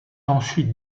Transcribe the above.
ensuite